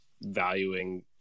valuing